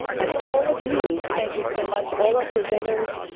and all of you, thank you so much. all our presenters,